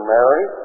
Mary